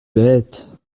bête